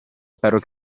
spero